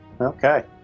Okay